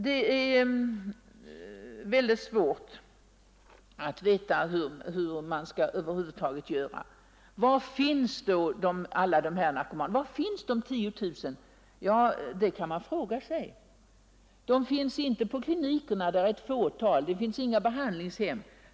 Det är väldigt svårt att veta hur man över huvud taget skall göra. Var finns då alla dessa 10 000 narkomaner? Det kan man fråga sig! De finns inte på klinikerna; där finns endast ett fåtal. Det finns inga behandlingshem där de vistas.